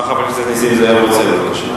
מה חבר הכנסת נסים זאב רוצה בבקשה?